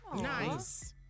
Nice